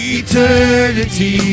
eternity